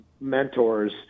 mentors